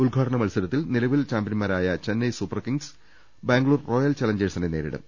ഉദ്ഘാടന മത്സരത്തിൽ നിലവിൽ ചാമ്പ്യൻമാരായ Chennai super kings Bangalore royal ചലഞ്ചേഴ്സിനെ നേരിടും